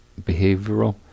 behavioral